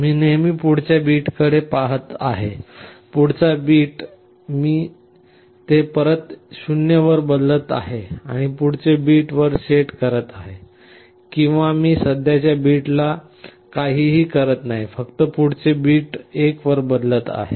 मी नेहमी पुढच्या बिटकडे पहात आहे बाजूचा बिट मी ते परत 0 वर बदलत आहे आणि पुढचे बिट 1 वर सेट करत आहे किंवा मी सध्याच्या बिटला काहीही करत नाही फक्त पुढचे बिट 1 वर बदलत आहे